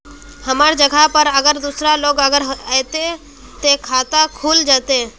हमर जगह पर अगर दूसरा लोग अगर ऐते ते खाता खुल जते?